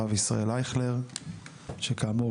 הרב ישראל אייכלר שכאמור,